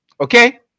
Okay